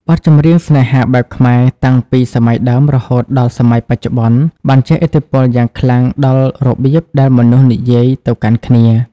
បទចម្រៀងស្នេហាបែបខ្មែរ តាំងពីសម័យដើមរហូតដល់សម័យបច្ចុប្បន្ន បានជះឥទ្ធិពលយ៉ាងខ្លាំងដល់របៀបដែលមនុស្សនិយាយទៅកាន់គ្នា។